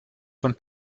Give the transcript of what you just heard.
von